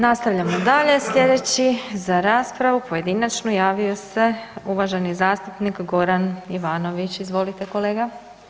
Nastavljamo dalje, slijedeći za raspravu pojedinačnu javio se uvaženi zastupnik Goran Ivanović, izvolite kolega.